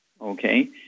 Okay